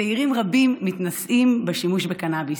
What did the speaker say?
צעירים רבים מתנסים בשימוש בקנביס,